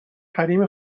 حریم